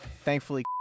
thankfully